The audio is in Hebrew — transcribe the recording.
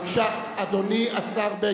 בבקשה, אדוני השר בגין.